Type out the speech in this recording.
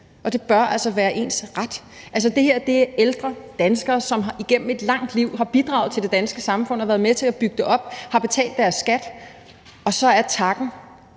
og det bør altså være ens ret. Altså, det her er ældre danskere, som igennem et langt liv har bidraget til det danske samfund og været med til at bygge det op, har betalt deres skat. Og så er takken,